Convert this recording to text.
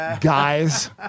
Guys